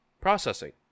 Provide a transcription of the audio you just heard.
Processing